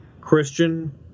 christian